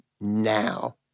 now